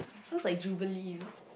looks like jubilee you know